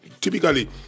typically